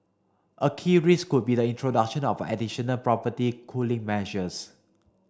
a key risk could be the introduction of additional property cooling measures